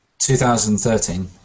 2013